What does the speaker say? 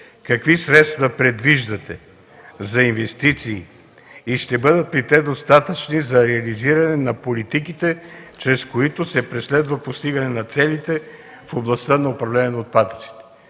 какви средства предвиждате за инвестиции и ще бъдат ли те достатъчни за реализиране на политиките, чрез които се преследва постигане на целите в областта на управление на отпадъците?